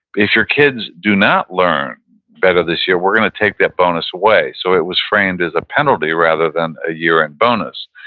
if your kids do not learn better this year, we're going to take that bonus away, so it was framed as a penalty rather than a year-end bonus.